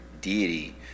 deity